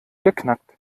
geknackt